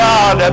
God